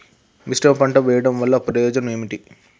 మిశ్రమ పంట వెయ్యడం వల్ల ప్రయోజనం ఏమిటి?